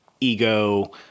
ego